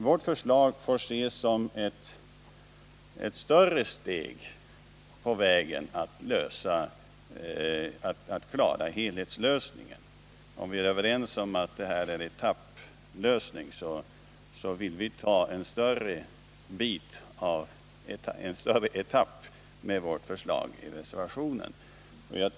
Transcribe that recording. Vårt förslag får ses som ett större steg på vägen mot att klara helhetslösningen. Om vi är överens om att det här gäller en etapplösning, så vill vi med vår reservation åstadkomma att lösningen skall omfatta en större etapp.